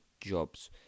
jobs